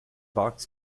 box